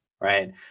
right